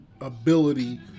ability